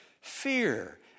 fear